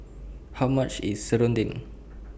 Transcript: How much IS Serunding